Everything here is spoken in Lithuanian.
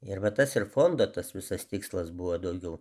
ir va tas ir fondo tas visas tikslas buvo daugiau